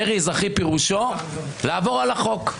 מרי אזרחי פירושו לעבור על החוק.